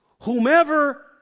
whomever